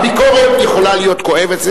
הביקורת יכולה להיות כואבת.